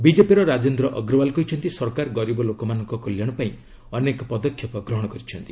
ବିଜେପିର ରାଜେନ୍ଦ୍ର ଅଗ୍ରଓ୍ୱାଲ କହିଛନ୍ତି ସରକାର ଗରିବ ଲୋକମାନଙ୍କ କଲ୍ୟାଣ ପାଇଁ ଅନେକ ପଦକ୍ଷେପ ଗ୍ରହଣ କରିଛନ୍ତି